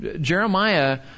Jeremiah